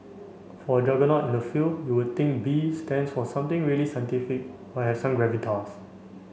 for a juggernaut in the field you would think B stands for something really scientific or have some gravitas